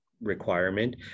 requirement